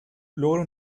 logra